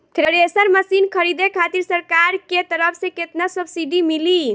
Thresher machine खरीदे खातिर सरकार के तरफ से केतना सब्सीडी मिली?